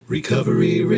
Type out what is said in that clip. Recovery